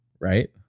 Right